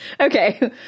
Okay